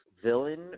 villain